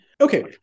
Okay